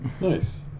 Nice